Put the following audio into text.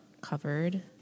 covered